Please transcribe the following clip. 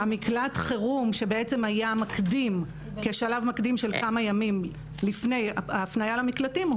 מקלט החירום שהיה כשלב מקדים לפני ההפניה למקלטים,